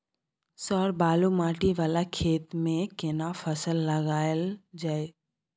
Sir बालू माटी वाला खेत में केना फसल लगायल जाय?